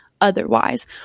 otherwise